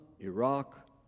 Iraq